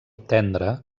tendre